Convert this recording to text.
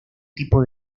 tipo